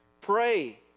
Pray